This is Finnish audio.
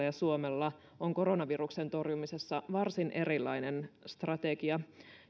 ja suomella on koronaviruksen torjumisessa varsin erilainen strategia